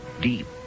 deep